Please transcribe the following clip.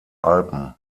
alpen